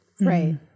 right